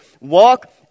walk